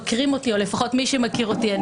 מי שמכיר אותי,